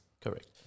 Correct